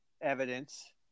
evidence